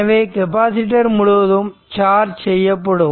எனவே கெப்பாசிட்டர் முழுவதும் சார்ஜ் செய்யப்படும்